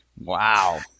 Wow